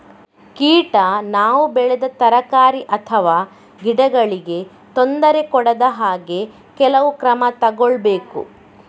ಕೀಟ ನಾವು ಬೆಳೆದ ತರಕಾರಿ ಅಥವಾ ಗಿಡಗಳಿಗೆ ತೊಂದರೆ ಕೊಡದ ಹಾಗೆ ಕೆಲವು ಕ್ರಮ ತಗೊಳ್ಬೇಕು